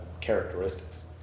characteristics